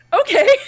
okay